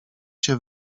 się